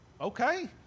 okay